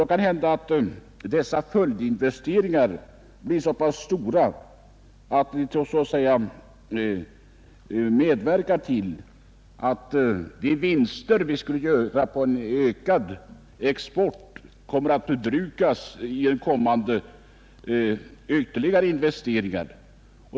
Det kan hända att dessa följdinvesteringar blir så stora att de vinster vi gör på en ökad export förbrukas av kommande ytterligare investeringar.